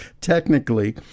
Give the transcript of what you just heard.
technically